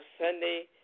Sunday